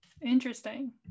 interesting